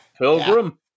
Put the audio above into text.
Pilgrim